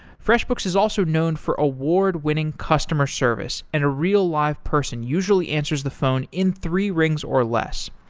freshbooks is also known for award-winning customer service and a real live person usually answers the phone in three rings or less.